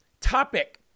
topic